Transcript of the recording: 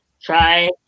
Try